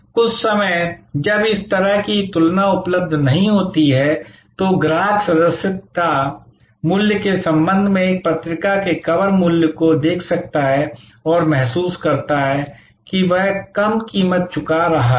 कुछ समय जब इस तरह की तुलना उपलब्ध नहीं होती है तो ग्राहक सदस्यता मूल्य के संबंध में एक पत्रिका के कवर मूल्य को देख सकता है और महसूस करता है कि वह कम कीमत चुका रहा है